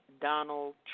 Donald